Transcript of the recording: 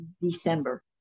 December